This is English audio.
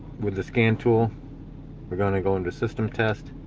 with the scan tool we're going to go into system test